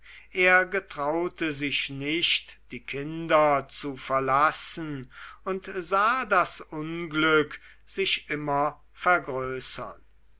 er getraute sich nicht die kinder zu verlassen und sah das unglück sich immer vergrößern